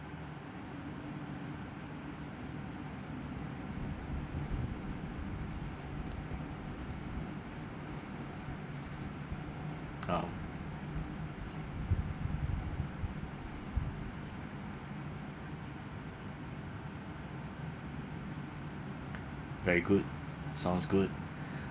ah very good sounds good